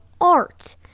art